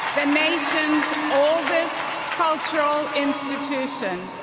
nation's oldest cultural institution,